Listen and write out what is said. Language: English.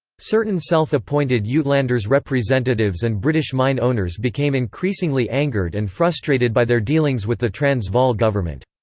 certain self-appointed yeah uitlanders representatives and british mine owners became increasingly angered and frustrated by their dealings with the transvaal government.